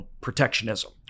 protectionism